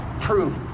prove